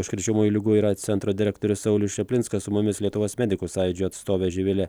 užkrečiamųjų ligų ir aids centro direktorius saulius čaplinskas su mumis lietuvos medikų sąjūdžio atstovė živilė